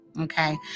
Okay